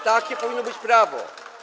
Takie powinno być prawo.